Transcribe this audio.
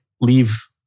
leave